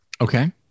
Okay